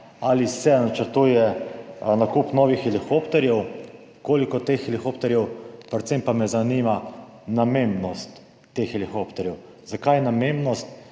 Ali se načrtuje nakup novih helikopterjev, koliko teh helikopterjev? Predvsem pa me zanima: Kakšna bo namembnost teh helikopterjev? Zakaj namembnost?